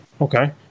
Okay